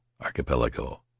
Archipelago